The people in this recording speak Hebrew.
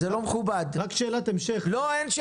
כמה יש